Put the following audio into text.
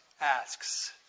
asks